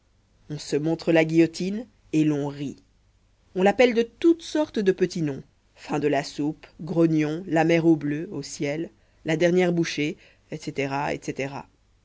on se montre la guillotine et l'on rit on l'appelle de toutes sortes de petits noms fin de la soupe grognon la mère au bleu au ciel la dernière bouchée etc etc